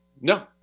No